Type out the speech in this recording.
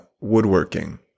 Woodworking